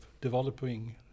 developing